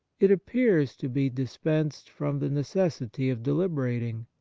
it appears to be dispensed from the necessity of deliberating.